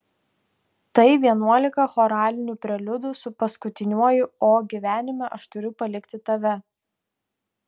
tai vienuolika choralinių preliudų su paskutiniuoju o gyvenime aš turiu palikti tave